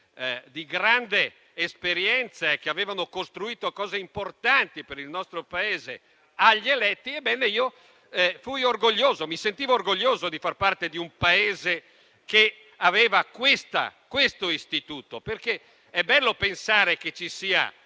di grande esperienza che avevano costruito cose importanti per il nostro Paese agli eletti, mi sentivo orgoglioso di far parte di un Paese che aveva questo istituto, perché è bello pensare che ci siano